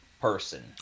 person